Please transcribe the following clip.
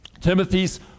Timothy's